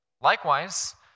Likewise